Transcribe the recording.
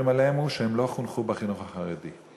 עליהם הוא שעושיהם לא חונכו בחינוך החרדי.